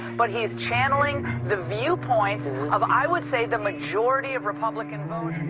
but he's channeling the viewpoint of, i would say, the majority of republican voters.